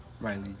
Riley